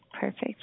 Perfect